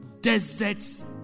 Deserts